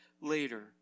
later